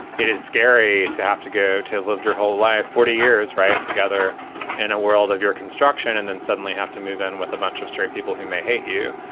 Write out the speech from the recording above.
it is scary to have to go to lived your whole life forty years right. together in a world of your construction and then suddenly have to move in with a bunch of straight people who may hate you.